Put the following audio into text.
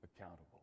accountable